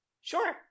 Sure